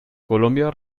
colombia